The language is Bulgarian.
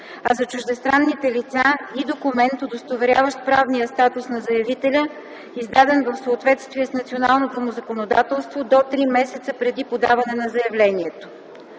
а за чуждестранните лица – и документ, удостоверяващ правния статус на заявителя, издаден в съответствие с националното му законодателство до три месеца преди подаване на заявлението.”